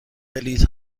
بلیط